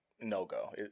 no-go